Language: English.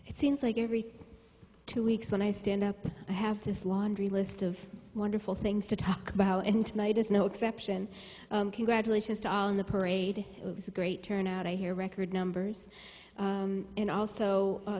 it seems like every two weeks when i stand up i have this laundry list of wonderful things to talk about and tonight is no exception congratulations to all in the parade was a great turnout i hear record numbers and also